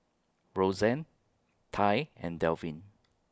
Rosann Tai and Delvin